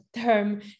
term